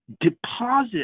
deposit